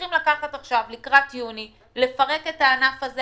שצריכים עכשיו לקראת יוני לפרק את הענף הזה,